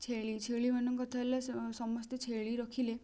ଛେଳି ଛେଳି ମାନଙ୍କ ଥିଲେ ସମସ୍ତେ ଛେଳି ରଖିଲେ